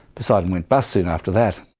poseidon went bust soon after that.